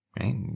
Right